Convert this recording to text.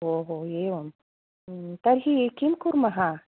ओ हो एवं तर्हि किं कुर्मः